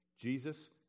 Jesus